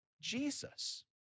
Jesus